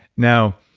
now,